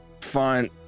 Fine